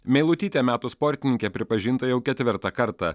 meilutytė metų sportininke pripažinta jau ketvirtą kartą